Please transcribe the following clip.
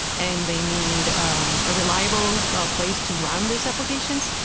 and they need a reliable place to run these applications.